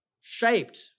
shaped